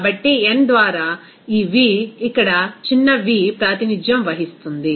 కాబట్టి n ద్వారా ఈ V ఇక్కడ చిన్న v ప్రాతినిధ్యం వహిస్తుంది